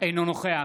אינו נוכח